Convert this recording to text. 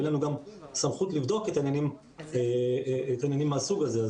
ואין לנו גם סמכות לבדוק את העניינים מהסוג הזה,